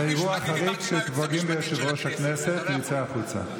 תצא החוצה.